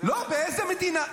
באיזו מדינה?